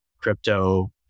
crypto